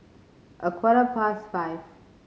a quarter past five